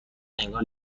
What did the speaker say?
انگار